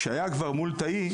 כשהיה כבר מול תאי,